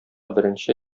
беренче